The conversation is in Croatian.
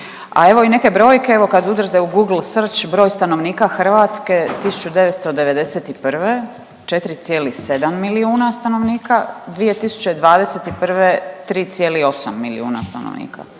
A evo i neke brojke, evo kad udrite u Google search broj stanovnika Hrvatske 1991. 4,7 milijuna stanovnika. 2021. 3,8 milijuna stanovnika.